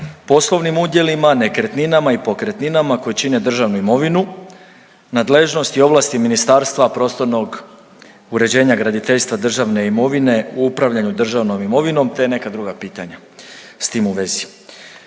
poslovnim udjelima, nekretninama i pokretninama koje čine državnu imovinu, nadležnosti i ovlasti Ministarstva prostornog uređenja, graditeljstva i državne imovine u upravljanju državnom imovinom, te neka druga pitanja s tim u vezi.